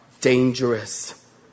dangerous